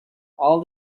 all